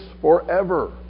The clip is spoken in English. forever